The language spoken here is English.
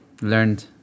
learned